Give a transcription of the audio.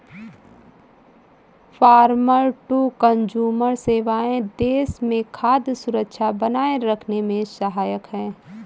farmer to consumer सेवाएं देश में खाद्य सुरक्षा बनाए रखने में सहायक है